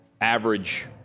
average